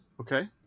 Okay